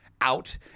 out